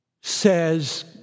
says